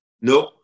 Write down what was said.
Nope